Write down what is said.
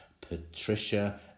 Patricia